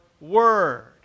word